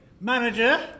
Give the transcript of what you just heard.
manager